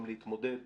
גם להתמודד,